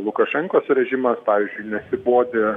lukašenkos režimas pavyzdžiui nesibodi